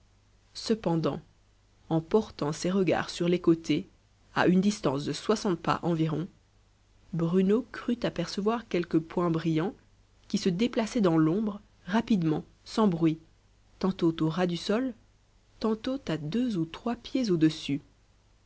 cependant en portant ses regards sur les côtés à une distance de soixante pas environ bruno crut apercevoir quelques points brillants qui se déplaçaient dans l'ombre rapidement sans bruit tantôt au ras du sol tantôt à deux ou trois pieds au-dessus